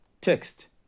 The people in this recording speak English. Text